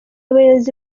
bayobozi